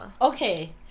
okay